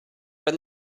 are